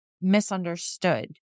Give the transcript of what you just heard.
misunderstood